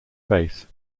faith